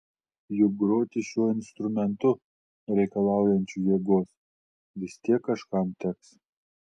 juk groti šiuo instrumentu reikalaujančiu jėgos vis tiek kažkam teks